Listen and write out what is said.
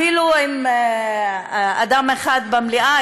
אפילו אם יש אדם אחד במליאה,